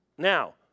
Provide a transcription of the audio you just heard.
Now